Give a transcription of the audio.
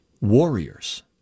warriors